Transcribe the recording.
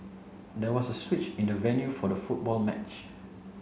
there was a switch in the venue for the football match